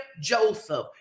Joseph